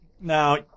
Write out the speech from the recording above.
now